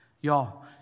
Y'all